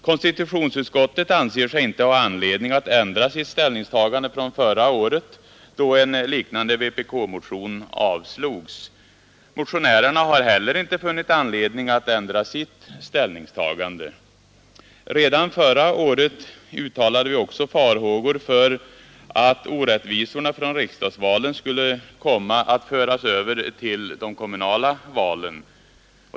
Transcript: Konstitutionsutskottet anser sig inte ha anledning att ändra sitt ställningstagande från förra året, då en liknande vpk-motion avslogs. Motionärerna har heller inte funnit anledning att ändra sitt ställningstagande Redan förra året uttalade vi farhågor för att orättvisorna från riksdagsvalen skulle komma att föras över till de kommunala valen.